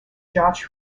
josh